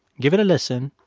give it a listen.